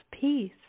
peace